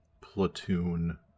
platoon